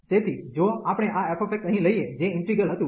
તેથી જો આપણે આ f અહીં લઈએ જે ઈન્ટિગ્રલ હતું